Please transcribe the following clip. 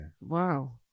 wow